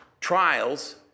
trials